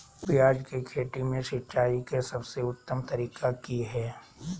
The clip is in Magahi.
प्याज के खेती में सिंचाई के सबसे उत्तम तरीका की है?